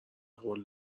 قول